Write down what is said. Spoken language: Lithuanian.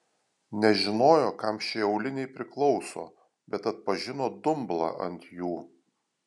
nežinojo kam šie auliniai priklauso bet atpažino dumblą ant jų